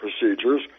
procedures